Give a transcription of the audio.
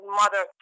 mother